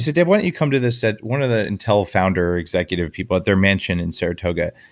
said, dave, why don't you come to this at one of the intel founder executive people at their mentioned in saratoga.